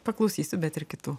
paklausysiu bet ir kitų